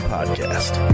Podcast